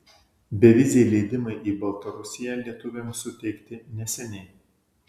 beviziai leidimai į baltarusiją lietuviams suteikti neseniai